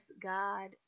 God